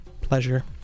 pleasure